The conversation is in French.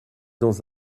dans